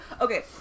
Okay